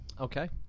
okay